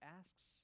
asks